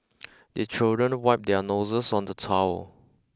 the children wipe their noses on the towel